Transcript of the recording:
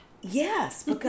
Yes